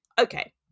Okay